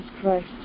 Christ